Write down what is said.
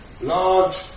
large